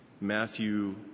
Matthew